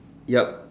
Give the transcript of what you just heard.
yup